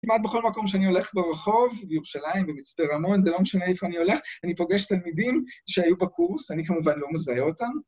כמעט בכל מקום שאני הולך, ברחוב, בירושלים, במצפה רמון, זה לא משנה איפה אני הולך, אני פוגש תלמידים שהיו בקורס, אני כמובן לא מזהה אותם.